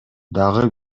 дагы